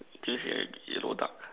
this a yellow duck